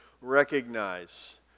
recognize